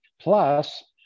Plus